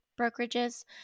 brokerages